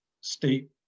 state